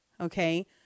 okay